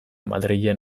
madrilen